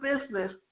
business